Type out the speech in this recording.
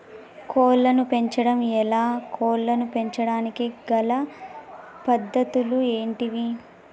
కోళ్లను పెంచడం ఎలా, కోళ్లను పెంచడానికి గల పద్ధతులు ఏంటివి?